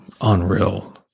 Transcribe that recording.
unreal